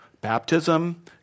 Baptism